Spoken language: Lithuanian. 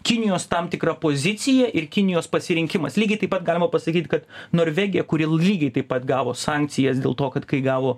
kinijos tam tikra pozicija ir kinijos pasirinkimas lygiai taip pat galima pasakyti kad norvegija kuri lygiai taip pat gavo sankcijas dėl to kad kai gavo